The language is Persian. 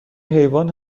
حیوان